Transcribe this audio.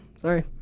sorry